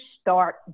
start